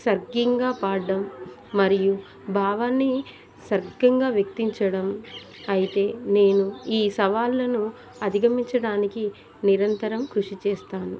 సగగంగా పాడ్డం మరియు భావాన్ని సగంగా వ్యక్తపరచడం అయితే నేను ఈ సవాళ్ళను అధిగమించడానికి నిరంతరం కృషి చేస్తాను